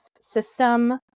system